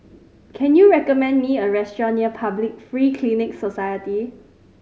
can you recommend me a restaurant near Public Free Clinic Society